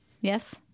Yes